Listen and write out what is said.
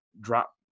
drop